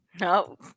No